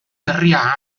berria